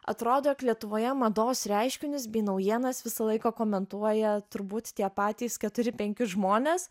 atrodo jog lietuvoje mados reiškinius bei naujienas visą laiką komentuoja turbūt tie patys keturi penki žmonės